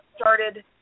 started –